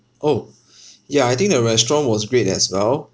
orh ya I think the restaurant was great as well